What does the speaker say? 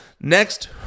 Next